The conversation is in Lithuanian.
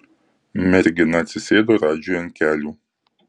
mergina atsisėdo radžiui ant kelių